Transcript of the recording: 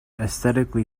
aesthetically